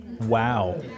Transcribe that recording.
Wow